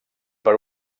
per